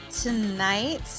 Tonight